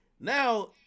now